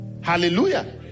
Hallelujah